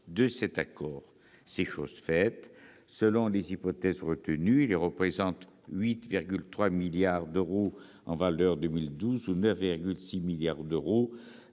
de cet accord. C'est chose faite ; selon les hypothèses retenues, il représentera 8,3 milliards d'euros en valeur 2012 ou 9,6 milliards d'euros